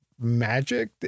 magic